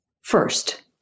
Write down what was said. First